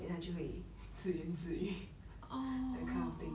then 他就会自言自语 that kind of thing